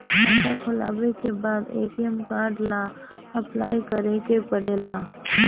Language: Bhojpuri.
खाता खोलबाबे के बाद ए.टी.एम कार्ड ला अपलाई करे के पड़ेले का?